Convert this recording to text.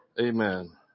Amen